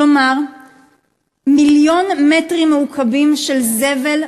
כלומר מיליון מטרים מעוקבים של זבל,